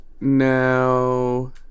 No